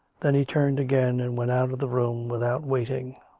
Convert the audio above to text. then he turned again and went out of the room, without waiting.